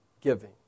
giving